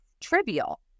trivial